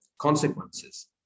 consequences